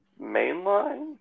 Mainline